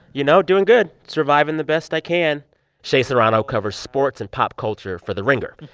you know, doing good surviving the best i can shea serrano covers sports and pop culture for the ringer.